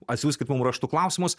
atsiųskit mums raštu klausimus